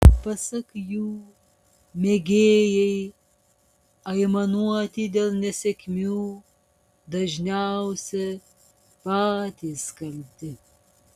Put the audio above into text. pasak jų mėgėjai aimanuoti dėl nesėkmių dažniausiai patys kalti